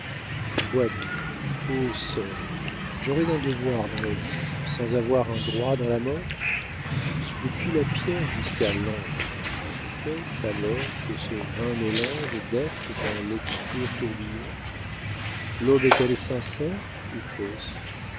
quoi donc ô sort j'aurais un devoir dans la vie sans avoir un droit dans la mort depuis la pierre jusqu'à l'ange qu'est-ce alors que ce vain mélange d'êtres dans l'obscur tourbillon l'aube est-elle sincère ou fausse